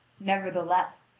nevertheless,